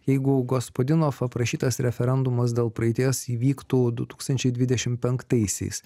jeigu gospadinov aprašytas referendumas dėl praeities įvyktų du tūkstančiai dvidešim penktaisiais